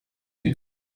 you